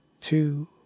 two